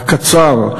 הקצר,